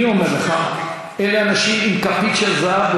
אני אומר לך: אלה אנשים עם כפית של זהב,